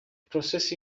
process